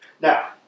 Now